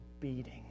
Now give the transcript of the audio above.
beating